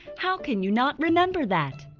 how can you not remember that?